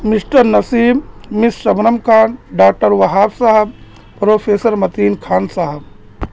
mister Naseem miss Shabnam کان doctor Wahab صاحب professor Mateen Khan صاحب